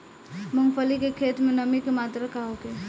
मूँगफली के खेत में नमी के मात्रा का होखे?